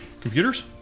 Computers